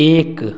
एक